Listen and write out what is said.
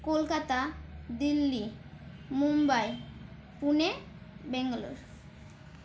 Kolkata Delhi Mumbai Pune Bangalore